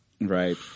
Right